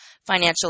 financial